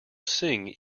sing